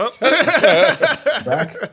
Back